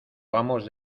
vamos